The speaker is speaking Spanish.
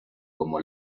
como